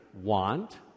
want